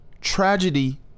tragedy